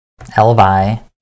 Elvi